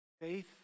Faith